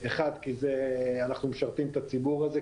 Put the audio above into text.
אחד- כי אנחנו משרתים את הציבור הזה,